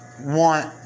want